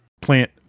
plant